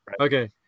okay